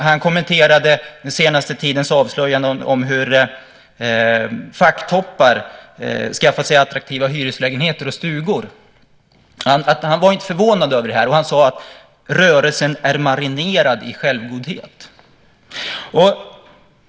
Han kommenterade den senaste tidens avslöjanden om hur facktoppar skaffat sig attraktiva hyreslägenheter och stugor. Han var inte förvånad över detta utan sade att "rörelsen är marinerad i självgodhet".